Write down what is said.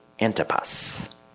Antipas